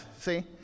See